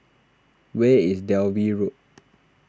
where is Dalvey Road